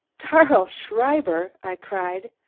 karl schreiber? i cried.